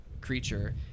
creature